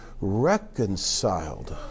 reconciled